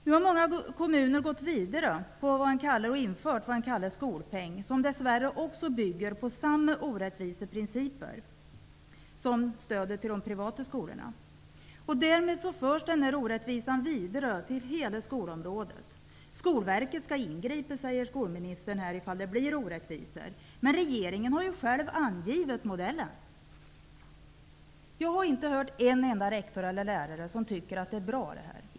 Nu har många kommuner gått vidare och infört vad man kallar skolpeng, som dess värre ofta också bygger på samma orättvisa principer som stödet till de privata skolorna. Därmed förs den orättvisa resursfördelningen vidare till hela skolområdet. Skolverket skall ingripa om det blir orättvisor, säger skolministern. Men regeringen har ju själv anvisat modellen! Jag har inte hört en enda rektor eller lärare som tycker att det här systemet är bra.